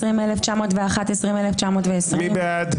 20,921 עד 20,940. מי בעד?